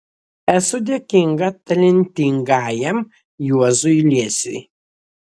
esu dėkinga talentingajam juozui liesiui